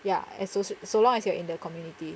ya as so so long as you are in the community